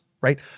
right